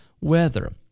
weather